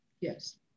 Yes